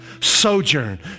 sojourn